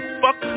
fuck